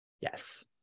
Yes